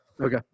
Okay